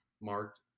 marked